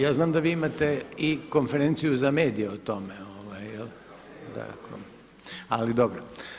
Ja znam da vi imate i konferenciju za medije o tome, ali dobro.